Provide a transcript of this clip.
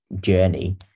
journey